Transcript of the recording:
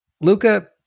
Luca